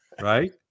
right